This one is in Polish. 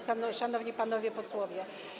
Szanowni Panowie Posłowie!